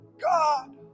God